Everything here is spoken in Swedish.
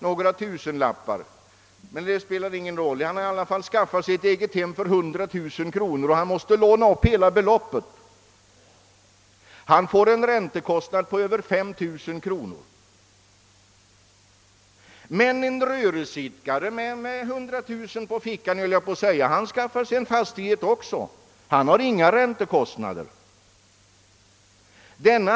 Låt oss anta att en arbetare skaffar sig ett eget hem för 100000 kronor och måste låna upp hela beloppet. Han får då en räntekostnad på över 5 000 kronor. Om en rörelseidkare som har 100 000 kronor på fickan skaffar sig en fastighet, har han inga räntekostnader.